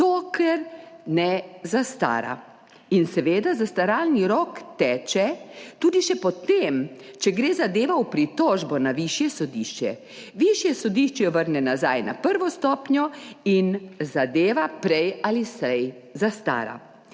dokler ne zastara. In seveda zastaralni rok teče tudi še potem, če gre zadeva v pritožbo na višje sodišče. Višje sodišče vrne nazaj na prvo stopnjo in zadeva prej ali slej zastara.«